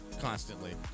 constantly